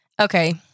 Okay